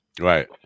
right